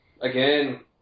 again